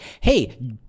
hey